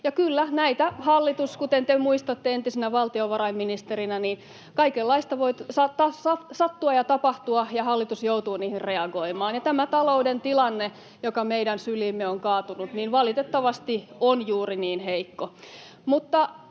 Ja kyllä, kuten te muistatte entisenä valtiovarainministerinä, kaikenlaista saattaa sattua ja tapahtua, ja hallitus joutuu niihin reagoimaan, ja tämä talouden tilanne, joka meidän syliimme on kaatunut, valitettavasti on juuri niin heikko.